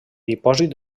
dipòsit